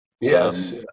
Yes